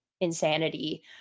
insanity